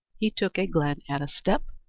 he took a glen at a step,